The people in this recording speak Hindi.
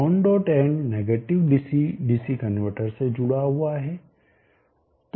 non dot and negative DC DC converter से जुड़ा हुआ है